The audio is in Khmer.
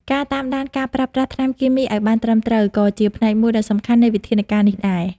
ការតាមដានការប្រើប្រាស់ថ្នាំគីមីឲ្យបានត្រឹមត្រូវ ក៏ជាផ្នែកមួយដ៏សំខាន់នៃវិធានការនេះដែរ។